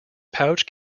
pouch